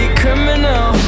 criminal